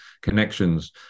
connections